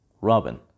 Robin